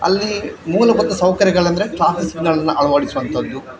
ಅಲ್ಲಿ ಮೂಲಭೂತ ಸೌಕರ್ಯಗಳಂದರೆ ಟ್ರಾಫಿಕ್ ಸಿಗ್ನಲನ್ನು ಅಳವಡಿಸುವಂಥದ್ದು